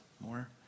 more